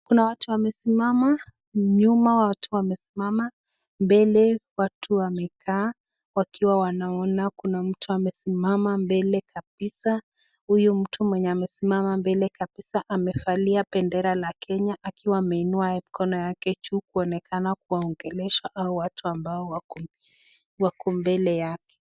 Kuna watu wamesimama nyuma, watu wamesimama mbele, watu wamekaa wakiwa wanaona. Kuna mtu amesimama mbele kabisa. Huyu mtu mwenye amesimama mbele kabisa amevalia bendera la Kenya akiwa ameinua mkono yake juu kuonekana kuongelesha hawa watu ambao wako mbele yake.